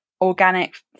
organic